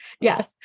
Yes